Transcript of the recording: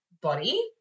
body